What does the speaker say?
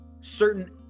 certain